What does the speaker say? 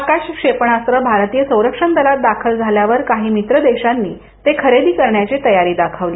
आकाश क्षेपणास्त्र भारतीय संरक्षण दलात दाखल झाल्यावर कही मित्र देशांनी ते खरेदी करण्या ची तयारी दाखवली